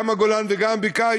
גם הגולן וגם הבקעה,